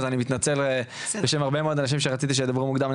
אז אני מתנצל בפני הרבה מאוד אנשים שרציתי שידברו מוקדם.